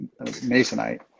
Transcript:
masonite